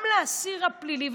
גם לאסיר הפלילי,